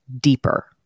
deeper